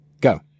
go